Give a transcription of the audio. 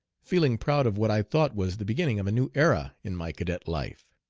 feeling proud of what i thought was the beginning of a new era in my cadet life.